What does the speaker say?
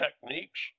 techniques